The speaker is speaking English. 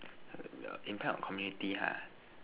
impact on community ha